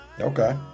Okay